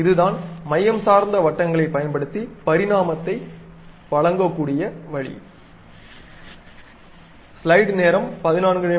இதுதான் மையம் சார்ந்த வட்டங்களைப் பயன்படுத்தி பரிமாணத்தை வழங்கக்கூடிய வழி